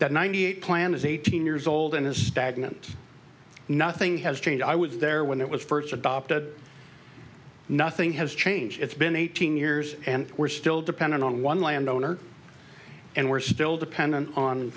that ninety eight plan is eighteen years old and is stagnant nothing has changed i was there when it was first adopted nothing has changed it's been eighteen years and we're still dependent on one landowner and we're still dependent on